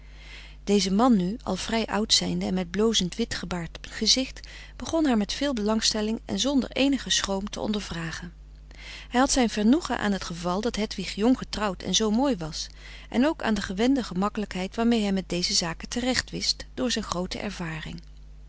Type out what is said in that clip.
deze man nu al vrij oud zijnde en met blozend wit gebaard gezicht begon haar met veel belangstelling en zonder eenigen schroom te ondervragen hij had zijn vernoegen aan het geval dat hedwig jonggetrouwd en zoo mooi was en ook aan de gewende gemakkelijkheid waarmee hij met deze zaken terecht wist door zijn groote ervaring